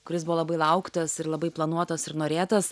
kuris buvo labai lauktas ir labai planuotas ir norėtas